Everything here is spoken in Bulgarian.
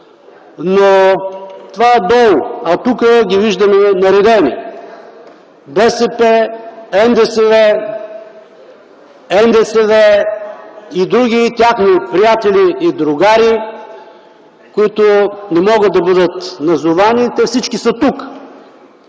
Но това е долу. А тук ги виждаме наредени – БСП, НДСВ и други техни приятели и другари, които не могат да бъдат назовани. Те всички са тук!